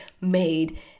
made